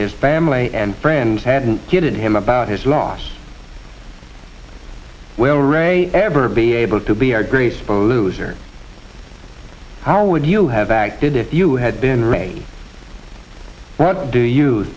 his family and friends hadn't given him about his loss well ray ever be able to be our greatest poser how would you have acted if you had been ray what do you